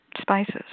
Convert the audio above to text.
spices